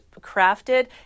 crafted